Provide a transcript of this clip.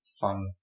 fun